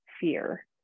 fear